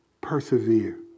persevere